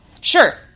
Sure